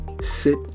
sit